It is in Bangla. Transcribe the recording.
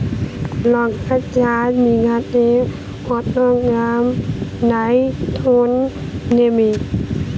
লঙ্কা চাষে বিঘাতে কত গ্রাম ডাইথেন দেবো?